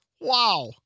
Wow